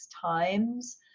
times